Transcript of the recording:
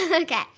Okay